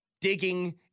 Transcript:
Digging